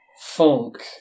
Funk